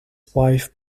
wife